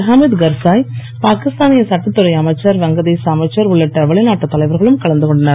ஹமீத் கர்சாய் பாகிஸ்தானிய சட்டத்துறை அமைச்சர் வங்கதேச அமைச்சர் உள்ளிட்ட வெளிநாட்டு தலைவர்களும் கலந்து கொண்டனர்